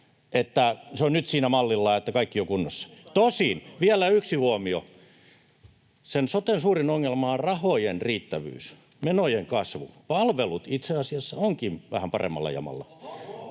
[Antti Lindtman: Kuka niin sanoi?] Tosin — vielä yksi huomio — sen soten suurin ongelma on rahojen riittävyys, menojen kasvu. Palvelut itse asiassa ovatkin vähän paremmalla jamalla,